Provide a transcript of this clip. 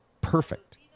perfect